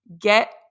Get